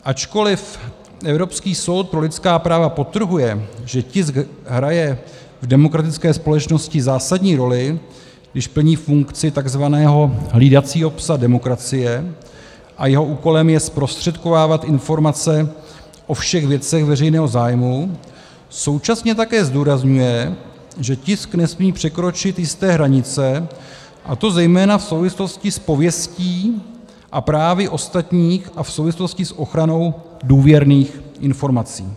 Ačkoliv Evropský soud pro lidská práva podtrhuje, že tisk hraje v demokratické společnosti zásadní roli, když plní funkci tzv. hlídacího psa demokracie, a jeho úkolem je zprostředkovávat informace o všech věcech veřejného zájmu, současně také zdůrazňuje, že tisk nesmí překročit jisté hranice, a to zejména v souvislosti s pověstí a právy ostatních a v souvislosti s ochranou důvěrných informací.